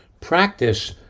Practice